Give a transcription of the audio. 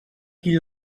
qui